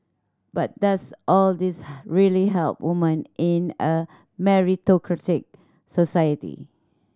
but does all this really help woman in a meritocratic society